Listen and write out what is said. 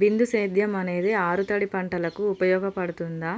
బిందు సేద్యం అనేది ఆరుతడి పంటలకు ఉపయోగపడుతుందా